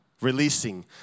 releasing